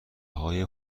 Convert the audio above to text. های